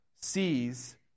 sees